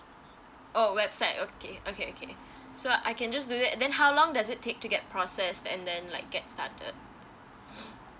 oh website okay okay okay so I can just do that then how long does it take to get process and then like get started